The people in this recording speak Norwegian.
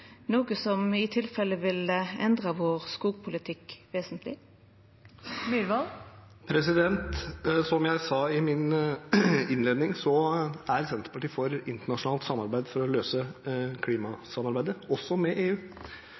noko som i tilfelle ville endra skogpolitikken vår vesentleg? Som jeg sa i min innledning, er Senterpartiet for internasjonalt samarbeid for å løse klimasamarbeidet, også med EU.